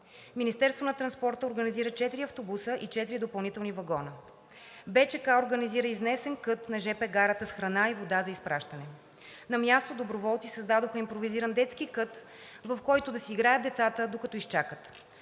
организира четири автобуса и четири допълнителни вагона. Българският червен кръст организира изнесен кът на жп гарата с храна и вода за изпращане. На място доброволци създадоха импровизиран детски кът, в който да си играят децата, докато изчакат.